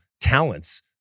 talents